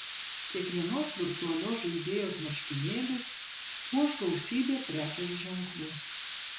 kiekvienos virtualios žaidėjos marškinėlius puoš gausybė prekės ženklų